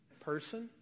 person